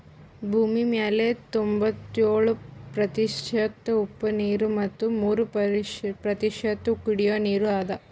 ಭೂಮಿಮ್ಯಾಲ್ ತೊಂಬತ್ಯೋಳು ಪ್ರತಿಷತ್ ಉಪ್ಪ್ ನೀರ್ ಮತ್ ಮೂರ್ ಪ್ರತಿಷತ್ ಕುಡಿಯೋ ನೀರ್ ಅದಾ